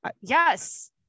Yes